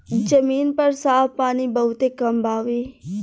जमीन पर साफ पानी बहुत कम बावे